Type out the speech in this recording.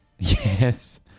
Yes